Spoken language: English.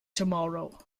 tomorrow